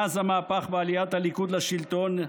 מאז המהפך בעליית הליכוד לשלטון,